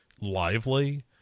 lively